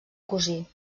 cosir